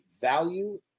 value